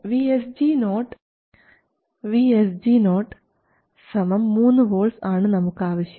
VSG0 3 volts ആണ് നമുക്ക് ആവശ്യം